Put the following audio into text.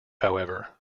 however